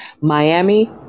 Miami